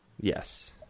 Yes